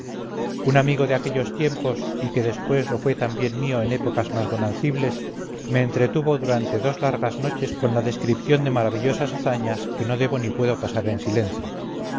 un amigo de aquellos tiempos y que después lo fue también mío en épocas más bonancibles me entretuvo durante dos largas noches con la descripción de maravillosas hazañas que no debo ni puedo pasar en silencio